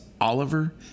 Oliver